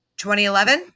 2011